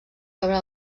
sobre